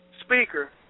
speaker